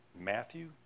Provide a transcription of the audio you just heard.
Matthew